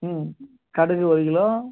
ம் கடுகு ஒரு கிலோ